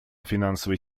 финансовой